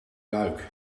luik